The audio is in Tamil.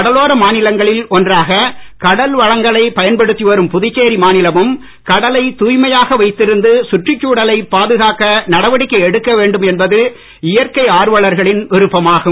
கடலோர மாநிலங்களில் ஒன்றாக கடல் வளங்களை பயன்படுத்தி வரும் புதுச்சேரி மாநிலமும் கடலை தூய்மையாக வைத்திருந்து சுற்றுச்சூழலை பாதுகாக்க நடவடிக்கை எடுக்க வேண்டும் என்பது இயற்கை ஆர்வலர்களின் விருப்பமாகும்